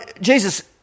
Jesus